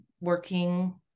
working